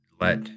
let